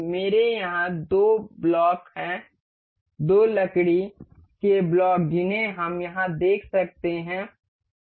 मेरे यहाँ दो ब्लॉक हैं दो लकड़ी के ब्लॉक जिन्हें हम यहाँ देख सकते हैं